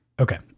Okay